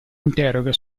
interroga